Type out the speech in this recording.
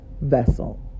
vessel